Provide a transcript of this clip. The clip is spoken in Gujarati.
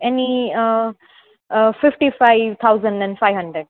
any fifty five thousand and five hundred